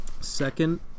second